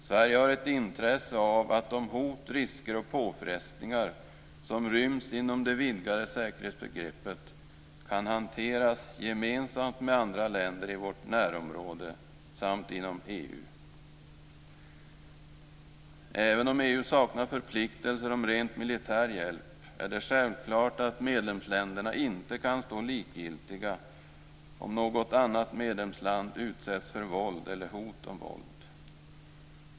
Sverige har ett intresse av att de hot, risker och påfrestningar som ryms inom det vidgade säkerhetsbegreppet kan hanteras gemensamt med andra länder i vårt närområde samt inom EU. Även om EU saknar förpliktelser om rent militär hjälp, är det självklart att medlemsländerna inte kan stå likgiltiga om något annat medlemsland utsätts för våld eller hot om våld.